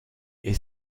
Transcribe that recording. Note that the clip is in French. est